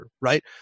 right